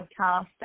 podcast